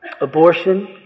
abortion